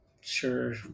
sure